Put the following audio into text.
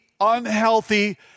unhealthy